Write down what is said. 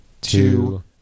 two